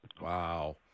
Wow